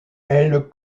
elles